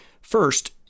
First